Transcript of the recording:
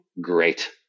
great